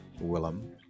Willem